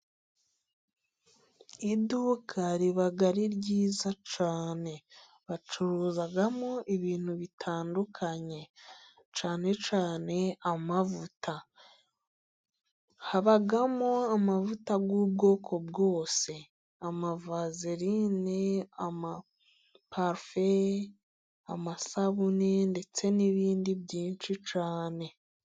Iduka riba ari ryiza cyane bacuruzamo ibintu bitandukanye cyane cyane amavuta. Habamo amavuta y'ubwoko bwose amavazerine, amaparufe, amasabune ndetse n'ibindi byinshi cyane.